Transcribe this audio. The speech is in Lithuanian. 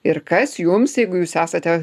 ir kas jums jeigu jūs esate